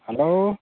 hello